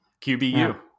QBU